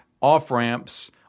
off-ramps